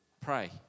pray